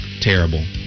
terrible